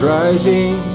rising